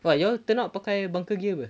what you all turn out pakai bunker gear [pe]